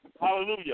Hallelujah